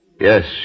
Yes